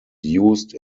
used